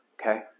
Okay